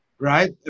Right